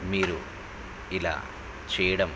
మీరు ఇలా చేయడం